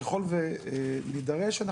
ככל ונידרש,